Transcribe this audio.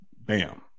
Bam